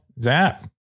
Zap